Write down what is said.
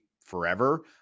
forever